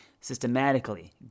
systematically